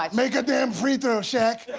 um make a damn free-throw, shaq!